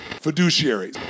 Fiduciary